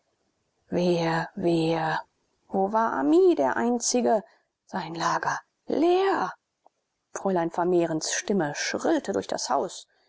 wo war ami der einzige sein lager leer fräulein vermehrens stimme schrillte durch das haus